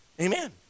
amen